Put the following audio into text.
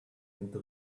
into